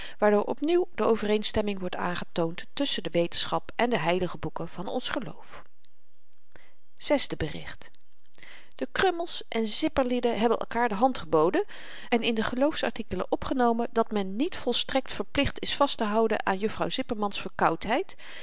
waardoor op nieuw de overeenstemming wordt aangetoond tusschen de wetenschap en de heilige boeken van ons geloof zesde bericht de krummels en zipperlieden hebben elkaar de hand geboden en in de geloofsartikelen opgenomen dat men niet volstrekt verplicht is vasttehouden aan juffrouw zipperman's verkoudheid